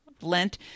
Lent